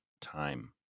time